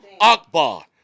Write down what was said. Akbar